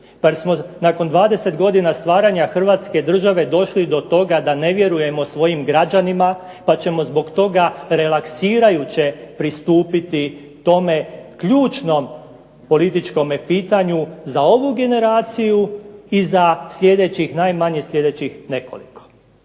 zar smo nakon 20 godina stvaranja Hrvatske države došli do toga da ne vjerujemo svojim građanima, pa ćemo radi toga relaksirajuće pristupiti tome ključnom političkom pitanju za ovu generaciju i za sljedećih nekoliko.